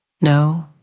No